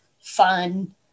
fun